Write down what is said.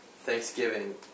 thanksgiving